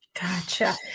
Gotcha